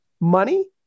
money